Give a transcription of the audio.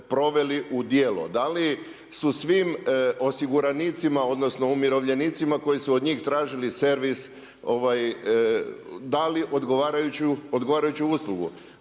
da li su svim osiguranicima odnosno umirovljenicima koji su od njih tražili servis, dali odgovarajuću uslugu.